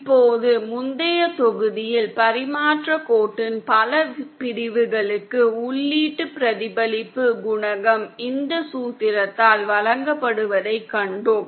இப்போது முந்தைய தொகுதியில் பரிமாற்றக் கோட்டின் பல பிரிவுகளுக்கு உள்ளீட்டு பிரதிபலிப்பு குணகம் இந்த சூத்திரத்தால் வழங்கப்படுவதைக் கண்டோம்